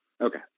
Okay